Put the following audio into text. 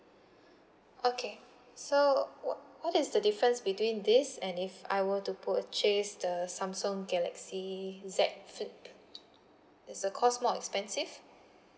okay so what what is the difference between this and if I were to purchase the Samsung galaxy Z flip is the cost more expensive